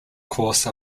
course